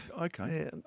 Okay